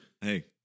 hey